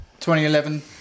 2011